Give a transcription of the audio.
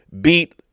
beat